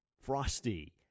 Frosty